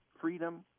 freedom